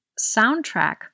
soundtrack